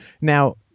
Now